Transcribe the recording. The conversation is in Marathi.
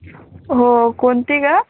हो कोणती ग